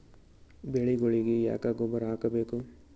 ಬೆಳಿಗೊಳಿಗಿ ಯಾಕ ಗೊಬ್ಬರ ಹಾಕಬೇಕು?